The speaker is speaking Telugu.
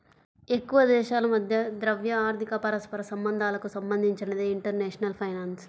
ఎక్కువదేశాల మధ్య ద్రవ్య, ఆర్థిక పరస్పర సంబంధాలకు సంబంధించినదే ఇంటర్నేషనల్ ఫైనాన్స్